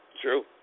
True